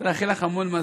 אני רוצה לאחל לך המון,